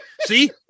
See